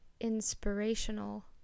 inspirational